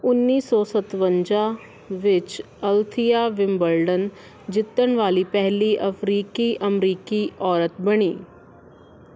ਉੱਨੀ ਸੌ ਸਤਵੰਜਾ ਵਿੱਚ ਅਲਥੀਆ ਵਿੰਬਲਡਨ ਜਿੱਤਣ ਵਾਲੀ ਪਹਿਲੀ ਅਫਰੀਕੀ ਅਮਰੀਕੀ ਔਰਤ ਬਣੀ